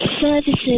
services